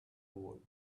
world